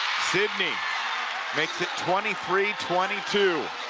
sidney makes it twenty three twenty two.